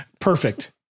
Perfect